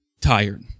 tired